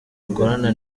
akorana